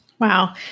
Wow